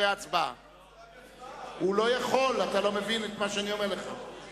הוא יוכל לדבר אחרי ההצבעה.